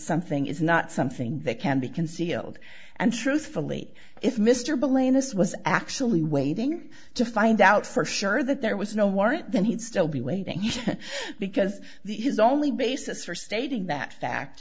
something is not something that can be concealed and truthfully if mr bill anus was actually waiting to find out for sure that there was no warrant then he'd still be waiting because the his only basis for stating that fact